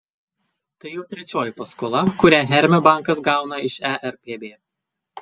tai jau trečioji paskola kurią hermio bankas gauna iš erpb